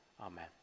amen